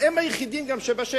הם היחידים שהם גם בשטח.